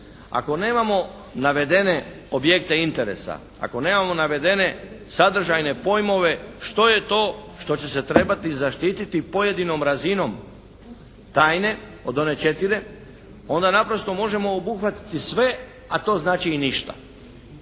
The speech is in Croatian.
Ako nemamo navedene objekte interesa, ako nemamo navedene sadržajne pojmove što je to što će se trebati zaštititi pojedinom razinom tajne od one četiri, onda naprosto možemo obuhvatiti sve a to znači i ništa.